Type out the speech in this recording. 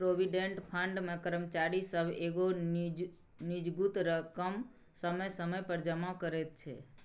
provident fund मे कर्मचारी सब एगो निजगुत रकम समय समय पर जमा करइ छै